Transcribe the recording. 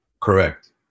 Correct